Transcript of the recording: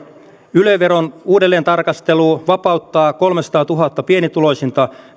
yle veron uudelleentarkastelu vapauttaa kolmesataatuhatta pienituloisinta